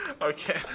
Okay